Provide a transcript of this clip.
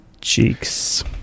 cheeks